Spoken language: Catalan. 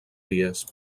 dies